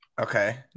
Okay